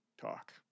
talk